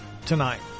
Tonight